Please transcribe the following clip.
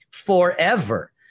forever